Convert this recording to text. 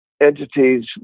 entities